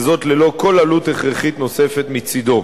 וזאת ללא כל עלות הכרחית נוספת מצדו".